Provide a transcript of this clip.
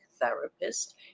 therapist